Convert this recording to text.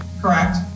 correct